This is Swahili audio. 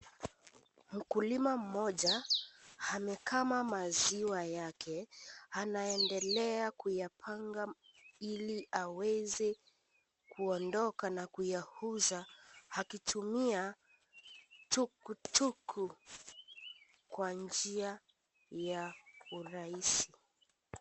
Mkulima mmoja amekama maziwa yake; anaendelea kuyapanga ili aweze kuondoka na kuyauza akitumia tuktuk kwa njia ya urahisi.